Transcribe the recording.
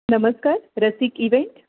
नमस्कार रसिक इव्हेंट